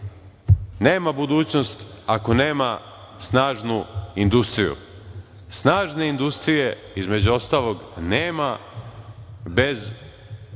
nema budućnost ako nema snažnu industriju. Snažne industrije između ostalog nema bez